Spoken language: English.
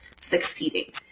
succeeding